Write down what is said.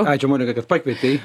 ačiū monika kad pakvietei